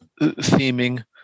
theming